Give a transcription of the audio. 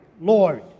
Lord